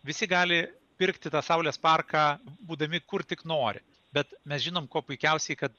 visi gali pirkti tą saulės parką būdami kur tik nori bet mes žinom kuo puikiausiai kad